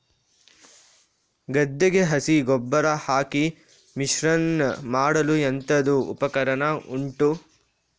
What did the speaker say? ಗದ್ದೆಗೆ ಹಸಿ ಗೊಬ್ಬರ ಹಾಕಿ ಮಿಶ್ರಣ ಮಾಡಲು ಎಂತದು ಉಪಕರಣ ಉಂಟು?